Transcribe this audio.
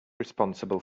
responsible